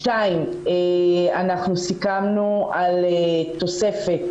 שתיים, אנחנו סיכמנו על תוספת